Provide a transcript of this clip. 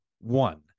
one